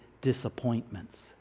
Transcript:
disappointments